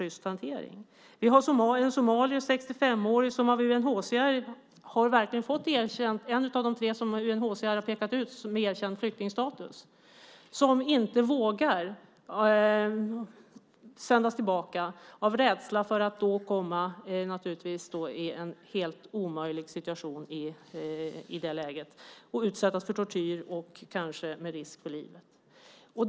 Det finns en 65-årig somalier som är en av de tre som UNHCR har pekat ut med erkänd flyktingstatus. Han vågar inte åka tillbaka av rädsla för att hamna i en helt omöjlig situation och utsättas för tortyr med risk för livet. Fru talman!